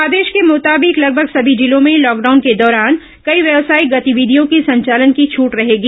आदेश के मुताबिक लगभग सभी जिलों में लॉकडाउन के दौरान कई व्यावसायिक गतिविधियों की संचालन की छूट रहेगी